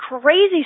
crazy